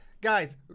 Guys